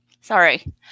sorry